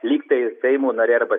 lygtai seimo nariai arba